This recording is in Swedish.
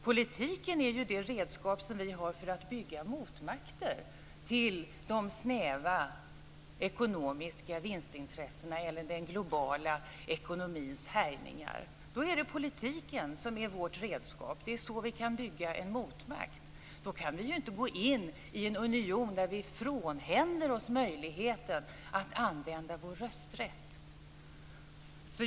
Politiken är ju det redskap som vi har för att bygga motmakter till de snäva ekonomiska vinstintressena eller den globala ekonomins härjningar. Då är det politiken som är vårt redskap. Det är så vi kan bygga en motmakt. Då kan vi ju inte gå med i en union där vi frånhänder oss möjligheten att använda vår rösträtt.